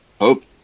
hope